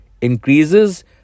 increases